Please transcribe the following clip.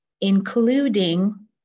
including